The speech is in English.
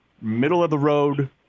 middle-of-the-road